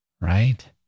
right